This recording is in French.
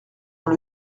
dans